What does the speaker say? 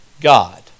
God